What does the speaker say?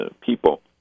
people